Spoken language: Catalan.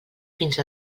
fins